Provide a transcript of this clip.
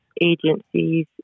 agencies